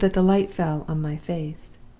so that the light fell on my face.